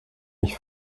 ich